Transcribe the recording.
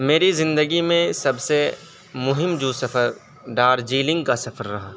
میری زندگی میں سب سے مہم جو سفر دارجلنگ کا سفر رہا